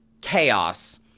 chaos